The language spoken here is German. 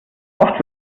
oft